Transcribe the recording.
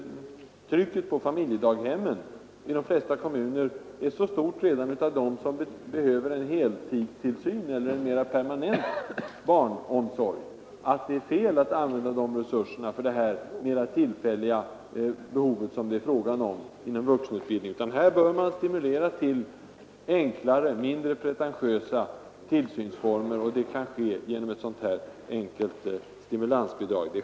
Trycket på familjedaghemmen är i de flesta kommuner så stort redan från dem som behöver heltidstillsyn eller mera permanent barnomsorg, att det är fel att använda resurserna för de mera tillfälliga behov som det är fråga om i samband med vuxenutbildningen. Man bör i stället stimulera till enklare och mindre pretentiösa tillsynsformer, vilket kan ske genom ett enkelt stimulansbidrag.